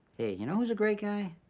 hey, you know who's a great guy?